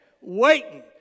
waiting